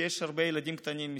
כי יש הרבה ילדים קטנים מסביב.